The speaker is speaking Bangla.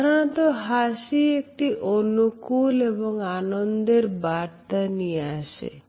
সাধারণত হাসি একটি অনুকূল এবং আনন্দের বার্তা নিয়ে আসে